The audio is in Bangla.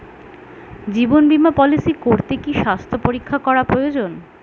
জীবন বীমা পলিসি করতে কি স্বাস্থ্য পরীক্ষা করা প্রয়োজন?